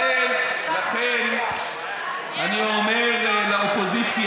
לכן, לכן, אני אומר לאופוזיציה: